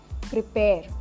Prepare